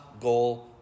goal